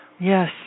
Yes